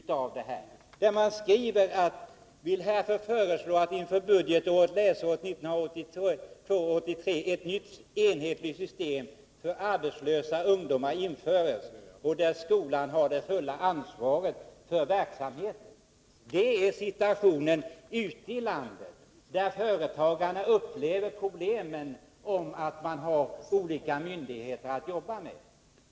Man skriver att man därför vill föreslå att inför budgetåret och läsåret 1982/83 ett nytt enhetligt system för arbetslösa ungdomar införs, där skolan har det fulla ansvaret för verksamheten. Detta visar hur situationen är ute i landet, där företagarna upplever problem med att ha olika myndigheter att jobba med.